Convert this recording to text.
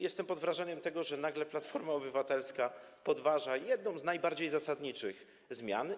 Jestem pod wrażeniem tego, że nagle Platforma Obywatelska podważa jedną z najbardziej zasadniczych zmian.